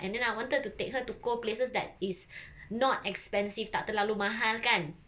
and then I wanted to take her to cold places that is not expensive tak terlalu mahal kan